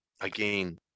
again